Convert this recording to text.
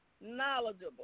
knowledgeable